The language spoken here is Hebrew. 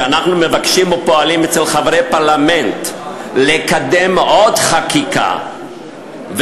כשאנחנו מבקשים או פועלים אצל חברי פרלמנט לקדם עוד חקיקה ועוד